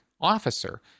officer